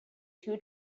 two